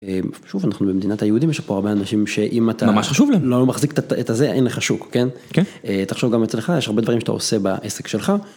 שוב אנחנו במדינת היהודים, יש פה הרבה אנשים שאם אתה ממש חשוב להם לא מחזיק את הזה אין לך שוק, תחשוב גם אצלך יש הרבה דברים שאתה עושה בעסק שלך.